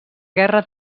guerra